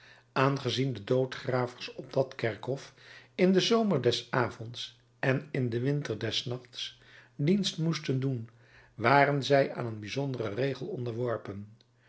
aangezien de doodgravers op dat kerkhof in den zomer des avonds en in den winter des nachts dienst moeten doen waren zij aan een bijzonderen regel onderworpen